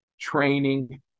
training